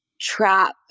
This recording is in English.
trap